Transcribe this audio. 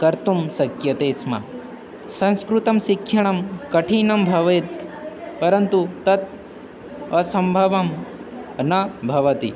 कर्तुं शक्यते स्म संस्कृतशिक्षणं कठिनं भवेत् परन्तु तत् असम्भवं न भवति